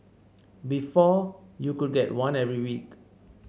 before you could get one every week